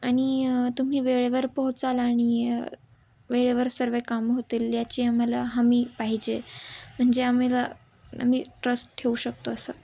आणि तुम्ही वेळेवर पोहोचाल आणि वेळेवर सर्व कामं होतील याची आम्हाला हमी पाहिजे म्हणजे आम्हाला आम्ही ट्रस्ट ठेऊ शकतो असं